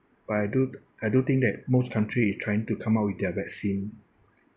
but I do I do think that most country is trying to come up with their vaccine